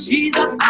Jesus